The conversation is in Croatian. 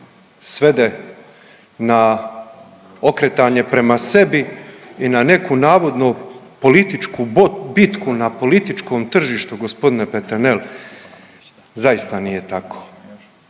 svede na okretanje prema sebi i na neko navodno političku bitku na političkom tržištu, g. Peternel, zaista nije tako.